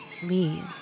Please